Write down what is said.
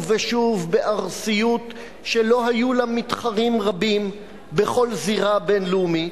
ושוב בארסיות שלא היו לה מתחרים רבים בכל זירה בין-לאומית,